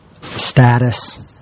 Status